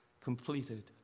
completed